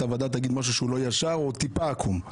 הוועדה תגיד משהו שהוא לא ישר או טיפה עקום.